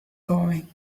going